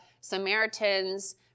Samaritans